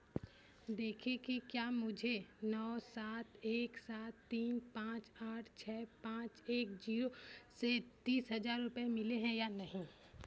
देखें कि क्या मुझे नौ सात एक सात तीन पाँच आठ छः पाँच एक जीरो से तीस हज़ार रुपये मिले या नहीं